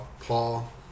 Paul